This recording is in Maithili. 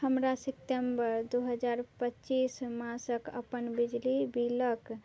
हमरा सितम्बर दुइ हजार पच्चीस मासके अपन बिजली बिलके